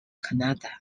canada